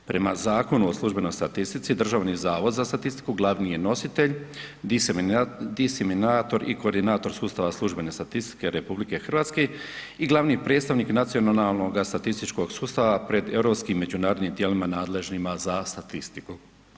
Prema Zakonu o službenoj statistici Državni zavod za statistiku glavni je nositelj, disiminator i koordinator sustava službene statistike RH i glavni predstavnik nacionalnoga statističkog sustava pred europskim međunarodnim tijelima nadležnima za statistiku.